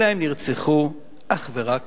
הם נרצחו אך ורק